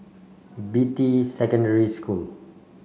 Beatty Secondary School